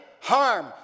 harm